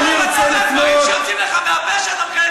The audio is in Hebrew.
מהדברים שיוצאים לך מהפה שלך.